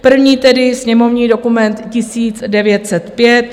První tedy, sněmovní dokument 1905.